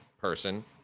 person